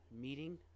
Meeting